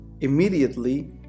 immediately